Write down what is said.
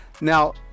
Now